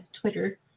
Twitter